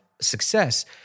success